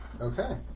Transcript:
Okay